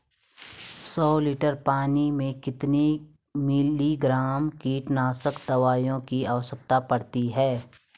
सौ लीटर पानी में कितने मिलीग्राम कीटनाशक दवाओं की आवश्यकता पड़ती है?